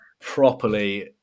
properly